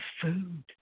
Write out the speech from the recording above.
food